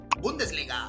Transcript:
Bundesliga